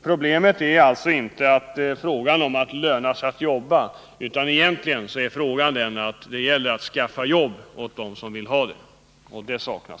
Problemet är alltså inte om det lönar sig att jobba, utan det är att skaffa jobb åt dem som vill ha det. Men sådana saknas.